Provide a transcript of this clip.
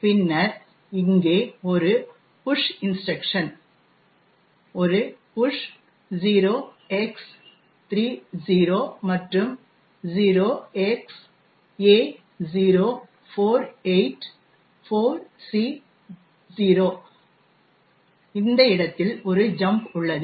பின்னர் இங்கே ஒரு புஷ் இன்ஸ்ட்ரக்ஷன் ஒரு push 0x30 மற்றும் 0xA0484C0 இந்த இடத்தில் ஒரு ஜம்ப் உள்ளது